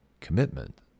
Commitment